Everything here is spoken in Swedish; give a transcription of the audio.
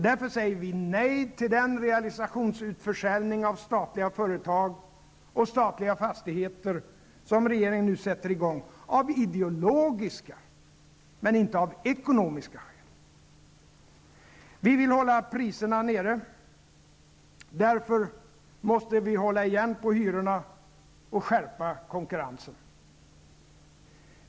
Därför säger vi nej till den realisationsutförsäljning av statliga företag och statliga fastigheter om regeringen nu sätter i gång av ideologiska men inte av ekonomiska skäl. Vi vill hålla priserna nere. Därför måste vi hålla igen på hyrorna och skärpa konkurrensen.